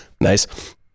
Nice